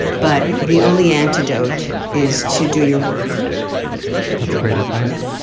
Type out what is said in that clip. but the only antidote is to do your work that's great advice.